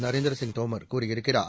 நரேந்திரசிங் தோமர் கூறியிருக்கிறார்